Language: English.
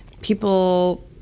people